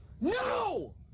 no